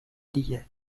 دیگه